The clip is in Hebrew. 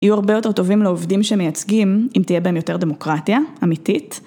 יהיו הרבה יותר טובים לעובדים שמייצגים, אם תהיה בהם יותר דמוקרטיה, אמיתית.